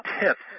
tips